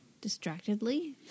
distractedly